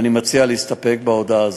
ואני מציע להסתפק בהודעה הזאת.